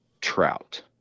trout